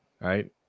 Right